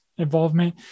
involvement